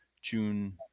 june